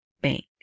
bank